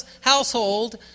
household